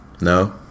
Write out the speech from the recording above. No